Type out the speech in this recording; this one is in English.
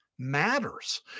matters